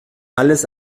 alles